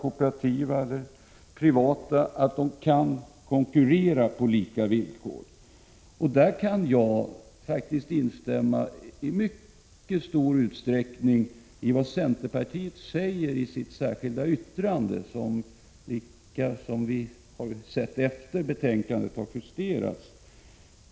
Det må vara statliga, kooperativa eller privata företag. Jag kan faktiskt i stor utsträckning instämma i vad centerpartiet säger i sitt särskilda yttrande, vilket vi har sett efter det att betänkandet justerats.